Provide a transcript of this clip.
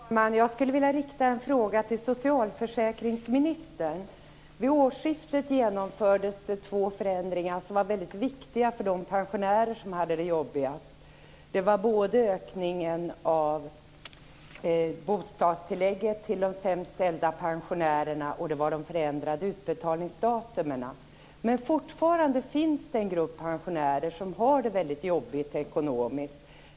Fru talman! Jag skulle vilja rikta en fråga till socialförsäkringsministern. Vid årsskiftet genomfördes två förändringar som var väldigt viktiga för de pensionärer som hade det jobbigast. Det var ökningen av bostadstilläggen för de sämst ställda pensionärerna och de förändrade utbetalningsdatumen. Men fortfarande finns det en grupp pensionärer som har det mycket jobbigt ekonomiskt.